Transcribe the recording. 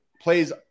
plays